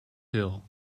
hill